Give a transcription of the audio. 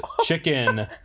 chicken